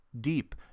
deep